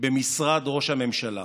במשרד ראש הממשלה.